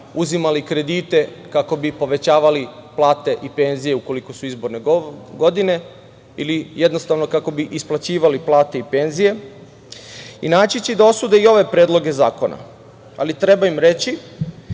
uzimali kredite, kako bi povećavali plate i penzije, ukoliko su izborne godine ili jednostavno kako bi isplaćivali plate i penzije, i naći će da osude i ove predloge zakona, ali treba im reći